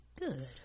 Good